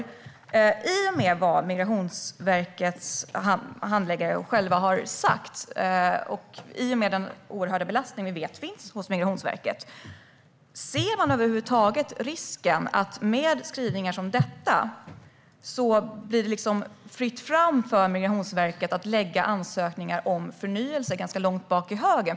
Med tanke på vad Migrationsverkets handläggare själva har sagt och den stora belastning som vi vet finns på Migrationsverket, ser ni över huvud taget risken att det med skrivningar som denna blir fritt fram för Migrationsverket att lägga ansökningar om förnyelse långt ned i högen?